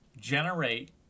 generate